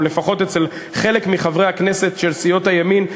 או לפחות אצל חלק מחברי הכנסת של סיעות הימין,